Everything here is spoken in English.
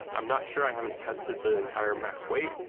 i'm not sure, i haven't tested the entire max weight.